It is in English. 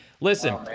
listen